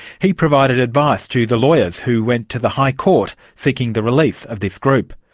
he provided advice to the lawyers who went to the high court seeking the release of this group.